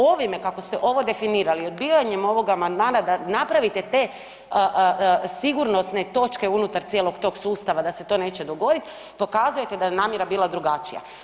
Ovime kako ste ovo definirali i odbijanjem ovog amandmana da napravite te sigurnosne točke unutar cijelog tog sustava da se to neće dogoditi pokazujete da je namjera bila drugačija.